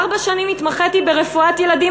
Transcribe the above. ארבע שנים התמחיתי ברפואת ילדים,